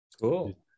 Cool